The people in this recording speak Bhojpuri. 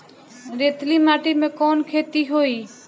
रेतीली माटी में कवन खेती होई?